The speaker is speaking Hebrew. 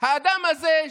האדם הזה.